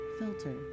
filter